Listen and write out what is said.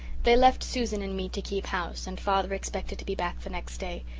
they left susan and me to keep house, and father expected to be back the next day.